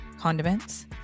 condiments